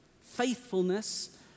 faithfulness